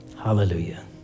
Hallelujah